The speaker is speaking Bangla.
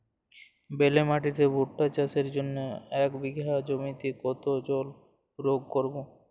বেলে মাটিতে ভুট্টা চাষের জন্য এক বিঘা জমিতে কতো জল প্রয়োগ করব?